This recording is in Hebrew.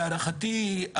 להערכתי,